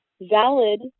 valid